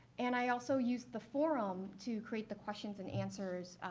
and i also used the forum to create the questions and answers